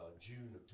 June